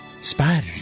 Spiders